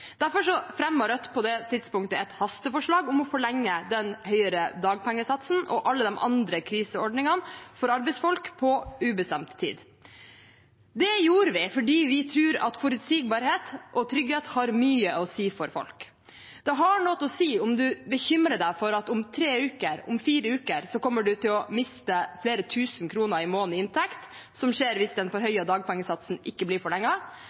Rødt på det tidspunktet et hasteforslag om å forlenge den høyere dagpengesatsen og alle de andre kriseordningene for arbeidsfolk på ubestemt tid. Det gjorde vi fordi vi tror at forutsigbarhet og trygghet har mye å si for folk. Det har noe å si om man bekymrer seg for at om tre uker, om fire uker, kommer man til å miste flere tusen kroner i måneden i inntekt, noe som skjer hvis den forhøyede dagpengesatsen ikke blir